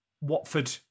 Watford